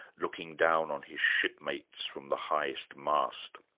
looking down on his shipmates from the highest mast.